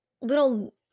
little